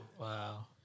Wow